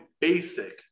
basic